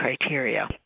criteria